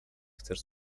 chcesz